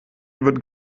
wird